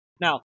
Now